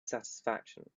satisfaction